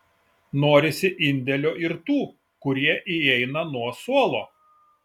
norisi indėlio ir tų kurie įeina nuo suolo